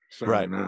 Right